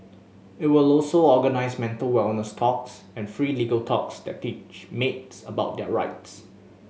it will also organise mental wellness talks and free legal talks that teach maids about their rights